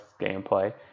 gameplay